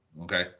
Okay